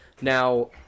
Now